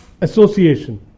association